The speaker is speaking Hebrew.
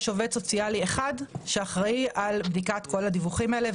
יש עובד סוציאלי אחד שאחראי על בדיקת כל הדיווחים האלה,